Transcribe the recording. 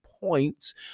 points